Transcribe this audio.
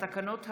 התקנות האלה: